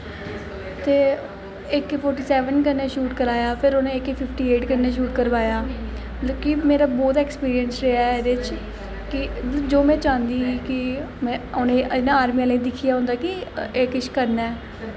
ते A K forty seven कन्नै shoot कराया फिर उ'नें ए के फिफ्टी एट कन्नै शूट करवाया मतलब कि मेरा बहोत एक्सपीरियंस रेहा एह्दे च कि जो में चाहंदी ही की में उ'नें ई आर्मी आह्लें ई दिक्खियै होंदा कि एह् किश करना ऐ